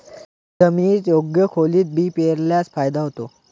जमिनीत योग्य खोलीत बी पेरल्यास फायदा होतो